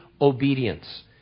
obedience